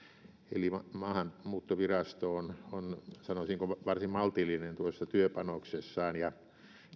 eli maahanmuuttovirasto on on sanoisinko varsin maltillinen työpanoksessaan ja